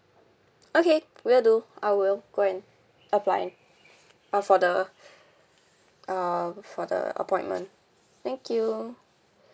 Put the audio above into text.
okay will do I will go and apply uh for the uh for the appointment thank you